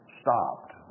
stopped